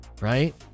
right